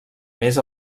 més